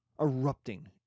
erupting